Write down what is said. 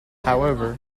however